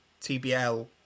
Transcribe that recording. TBL